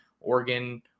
Oregon